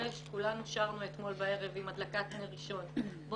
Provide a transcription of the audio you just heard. כולנו שרנו אתמול בערב עם הדלקת נר ראשון "באנו חושך לגרש",